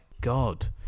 God